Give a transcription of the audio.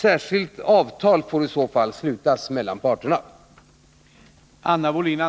Särskilt avtal får i så fall slutas mellan parterna.